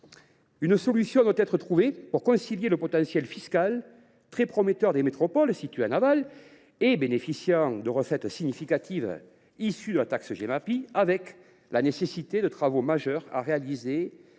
Une solution doit donc être trouvée pour concilier le potentiel fiscal très prometteur des métropoles situées en aval et bénéficiant de recettes significatives issues de la taxe Gemapi avec la nécessité pour les communes